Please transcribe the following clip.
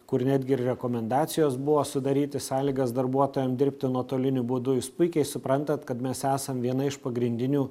kur netgi ir rekomendacijos buvo sudaryti sąlygas darbuotojam dirbti nuotoliniu būdu jūs puikiai suprantat kad mes esam viena iš pagrindinių